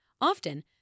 Often